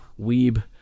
weeb